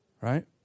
right